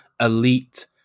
elite